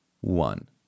One